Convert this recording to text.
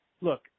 look